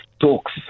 talks